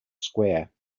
square